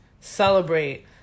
celebrate